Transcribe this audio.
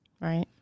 Right